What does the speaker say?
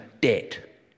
debt